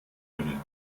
können